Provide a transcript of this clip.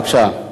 בבקשה.